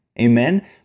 amen